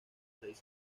seis